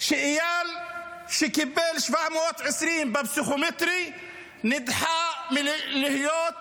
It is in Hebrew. שאייל שקיבל 720 בפסיכומטרי נדחה מלהיות